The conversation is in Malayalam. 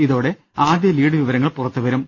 ഇതോടെ ആദ്യ ലീഡുവിവരങ്ങൾ പുറത്തുവരും